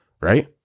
right